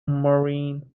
maureen